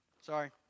Sorry